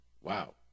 Wow